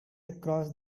across